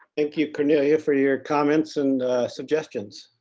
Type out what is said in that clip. thank you, cornelia, for your comments and suggestions.